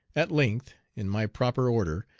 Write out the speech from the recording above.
at length, in my proper order,